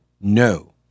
no